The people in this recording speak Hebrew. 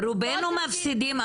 רובינו מפסידים,